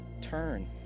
turn